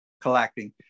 collecting